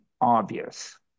obvious